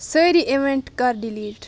سٲری ایوینٹ کر ڈِلیٖٹ